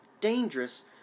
dangerous